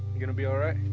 gonna be all right.